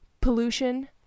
pollution